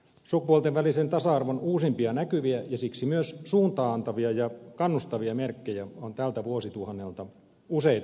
sukupuolten välisen tasa arvon uusimpia näkyviä ja siksi myös suuntaa antavia ja kannustavia merkkejä on tältä vuosituhannelta useita